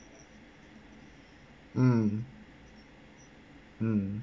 mm mm